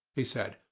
he said,